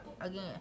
Again